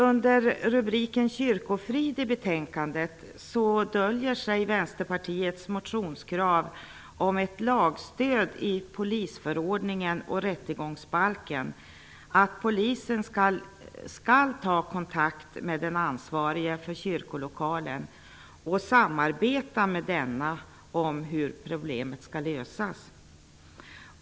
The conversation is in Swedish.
Under rubriken Kyrkofrid i betänkandet döljer sig Vänsterpartiets motionskrav om ett lagstöd i polisförordningen och rättegångsbalken för att polisen skall ta kontakt med den ansvarige för kyrkolokalen och samarbeta med denna om hur problemen skall lösas.